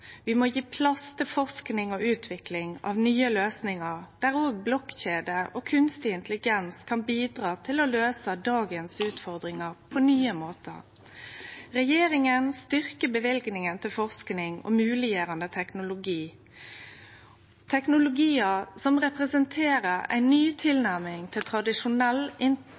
Vi må gje plass til forsking og utvikling av nye løysingar der òg blokkjede og kunstig intelligens kan bidra til å løyse dagens utfordringar på nye måtar. Regjeringa styrkjer løyvinga til forsking og mogleggjerande teknologi, teknologiar som representerer ei ny tilnærming til tradisjonell